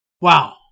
Wow